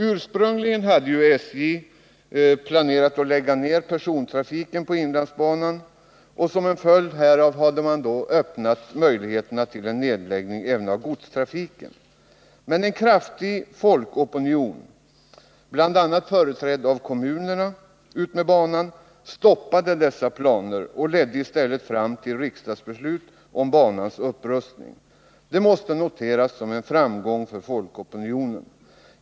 Ursprungligen hade ju SJ planerat att lägga ned persontrafiken på inlandsbanan. Som en följd härav hade också möjligheter öppnats för en nedläggning av godstrafiken. Men en kraftig folkopinion, bl.a. företrädd av kommunerna utmed banan, stoppade dessa planer och ledde i stället fram till Nr 26 riksdagsbeslut om banans upprustning. Detta måste noteras som en fram Måndagen den gång för folkopinionen.